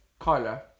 Kyler